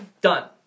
done